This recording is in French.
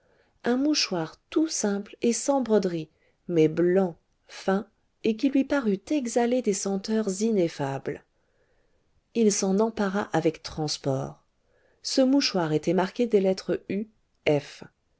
un mouchoir tout simple et sans broderie mais blanc fin et qui lui parut exhaler des senteurs ineffables il s'en empara avec transport ce mouchoir était marqué des lettres